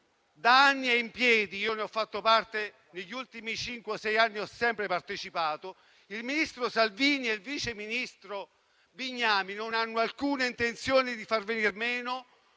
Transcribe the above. da anni. Io ne ho fatto parte negli ultimi cinque o sei anni ed ho sempre partecipato. Il ministro Salvini e il vice ministro Bignami non hanno alcuna intenzione di far venir meno